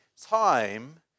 time